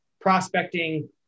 prospecting